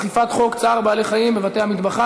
אכיפת חוק צער בעלי-חיים בבתי-מטבחיים,